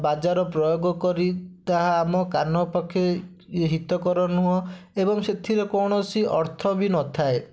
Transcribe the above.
ବାଜାର ପ୍ରୟୋଗ କରି ତାହା ଆମ କାନ ପକ୍ଷେ ହିତକର ନୁହେଁ ଏବଂ ସେଥିରେ କୌଣସି ଅର୍ଥ ବି ନଥାଏ